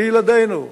לילדינו,